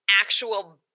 actual